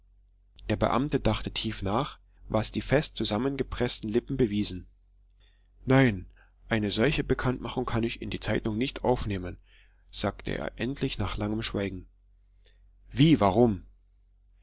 der beamte dachte tief nach was die fest zusammengepreßten lippen bewiesen nein eine solche bekanntmachung kann ich in die zeitung nicht aufnehmen sagte er endlich nach langem schweigen wie warum